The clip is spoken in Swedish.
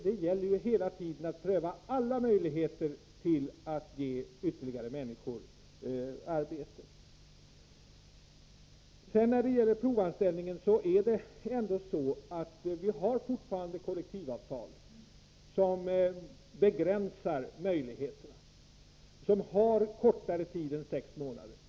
Det gäller ju hela tiden att pröva alla möjligheter att ge ytterligare människor arbete. Beträffande provanställning: Vi har fortfarande kollektivavtal som begränsar möjligheterna, som har bestämmelser om kortare tid än sex månader.